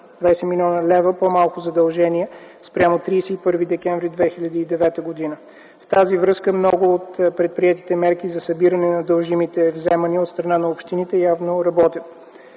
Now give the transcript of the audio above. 20 млн. лв. по-малко задължения спрямо 31 декември 2009 г. В тази връзка много от предприетите мерки за събиране на дължимите вземания от страна на общините явно работят.